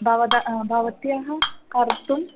भवतः भवत्याः कर्तुं